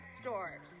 stores